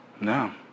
No